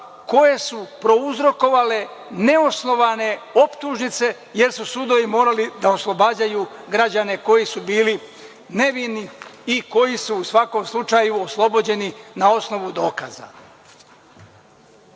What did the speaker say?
koje su prouzrokovale neosnovane optužnice, jer su sudovi morali da oslobađaju građane koji su bili nevini i koji su, u svakom slučaju, oslobođeni na osnovu dokaza. Kada